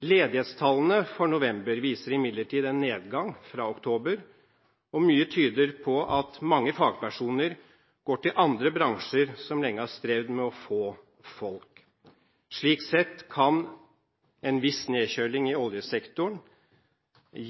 Ledighetstallene for november viser imidlertid en nedgang fra oktober, og mye tyder på at mange fagpersoner går til andre bransjer som lenge har strevd med å få folk. Slik sett kan en viss nedkjøling i oljesektoren